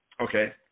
Okay